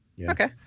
Okay